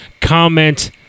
comment